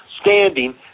standing